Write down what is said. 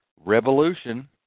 revolution